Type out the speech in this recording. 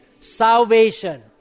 Salvation